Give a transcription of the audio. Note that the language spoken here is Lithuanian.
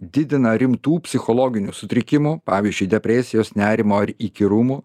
didina rimtų psichologinių sutrikimų pavyzdžiui depresijos nerimo ir įkyrumo